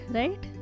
right